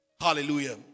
Hallelujah